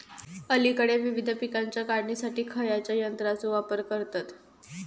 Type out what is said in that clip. अलीकडे विविध पीकांच्या काढणीसाठी खयाच्या यंत्राचो वापर करतत?